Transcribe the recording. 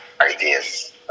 ideas